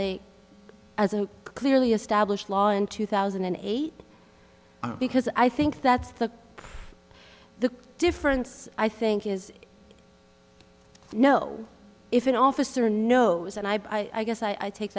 a as a clearly established law in two thousand and eight because i think that's the the difference i think is i know if an officer knows and i guess i take